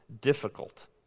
difficult